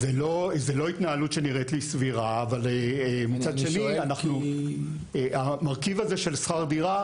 זו לא התנהלות שנראית לי סבירה אבל מצד שני המרכיב של שכר דירה